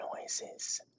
noises